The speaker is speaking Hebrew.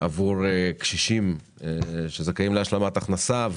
עבור קשישים שזכאים להשלמת הכנסה,